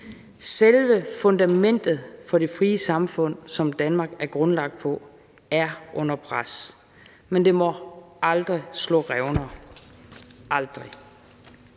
Selve fundamentet for det frie samfund, som Danmark er grundlagt på, er under pres, men det må aldrig slå revner – aldrig.